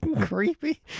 creepy